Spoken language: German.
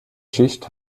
schicht